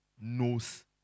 Knows